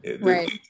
Right